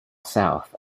south